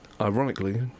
ironically